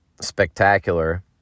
spectacular